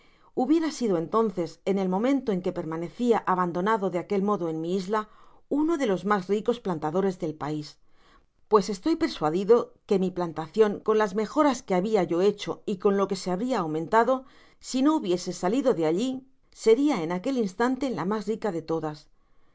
hubiera sido entonces en el momento en que permanecia abandonado de aquel modo en mi isla uno de los mas ricos plantadores del pais pues estoy persuadido que mi plantacion con las mejoras que habia yo hecho y con lo que se habria aumentado si no hubiese salido de alli seria en aquel instante lamas rica de todas